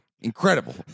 incredible